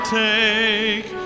take